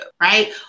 right